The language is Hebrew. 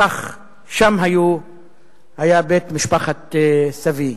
שם היה בית משפחת סבי.